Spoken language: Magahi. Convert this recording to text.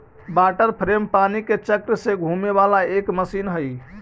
वाटर फ्रेम पानी के चक्र से घूमे वाला एक मशीन हई